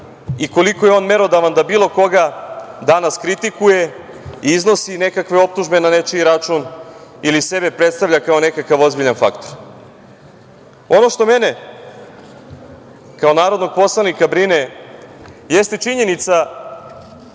i koliko je merodavan da bilo koga danas kritikuje i iznosi nekakve optužbe na nečiji račun ili sebe predstavlja kao nekakav ozbiljan faktor. Ono što mene kao narodnog poslanika brine jeste činjenica